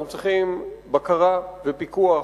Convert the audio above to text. אנחנו צריכים בקרה ופיקוח,